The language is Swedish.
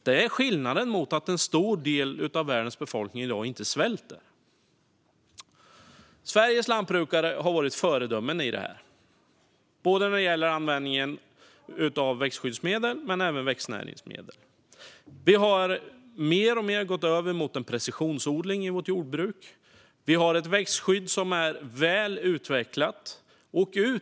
Det har gjort så stor skillnad att en stor del av världens befolkning inte svälter i dag. Sveriges lantbrukare har varit föredömen när det gäller användningen av växtskyddsmedel men även växtnäringsmedel. Vi har gått över mer och mer till precisionsodling i vårt jordbruk. Vi har ett växtskydd som är väl utvecklat.